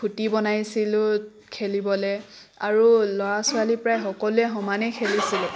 খুটি বনাইছিলোঁ খেলিবলৈ আৰু ল'ৰা ছোৱালী প্ৰায় সকলোৱে সমানে খেলিছিলোঁ